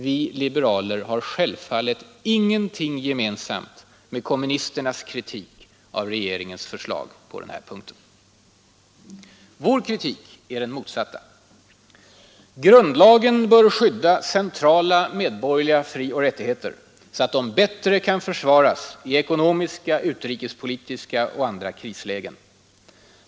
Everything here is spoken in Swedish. Vi liberaler har självfallet ingenting gemensamt med kommunisternas kritik av regeringens förslag på den här punkten. Vår kritik är den motsatta. Grundlagen bör skydda centrala medborgerliga frioch rättigheter så att de bättre kan försvaras i ekonomiska, utrikespolitiska och andra krislägen.